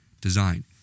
design